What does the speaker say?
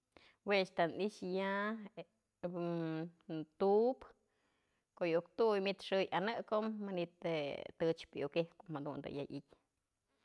Jue ëch da ni'ix ya tubë, ko'o iuk tuy manytë xë yanëkombë, manytë je tëchpë iuk ijkombëjadun ya i'ityë.